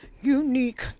unique